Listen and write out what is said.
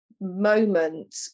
moment